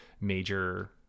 major